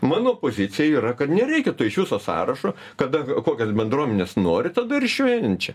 mano pozicija yra kad nereikia to iš viso sąrašo kada kokios bendruomenės nori tada ir švenčia